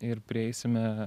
ir prieisime